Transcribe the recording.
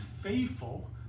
faithful